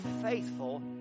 faithful